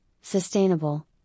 sustainable